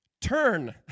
turn